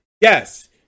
yes